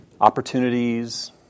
opportunities